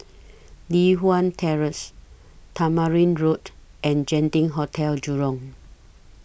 Li Hwan Terrace Tamarind Road and Genting Hotel Jurong